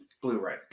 Blu-ray